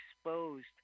exposed